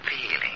feeling